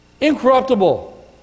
Incorruptible